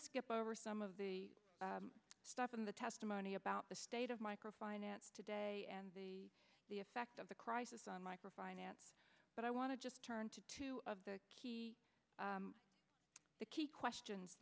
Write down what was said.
skip over some of the stuff in the testimony about the state of micro finance today and the effect of the crisis on micro finance but i want to just turn to two of the key the key questions